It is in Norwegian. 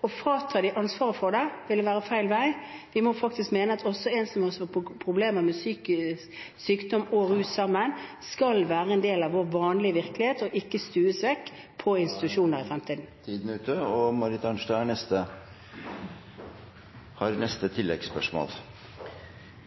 å frata dem ansvaret for det vil være å gå feil vei. Vi må faktisk mene at også en som har problemer med psykisk sykdom og rus samtidig, skal være en del av vår vanlige virkelighet og ikke stues vekk på en institusjon. Marit Arnstad – til oppfølgingsspørsmål.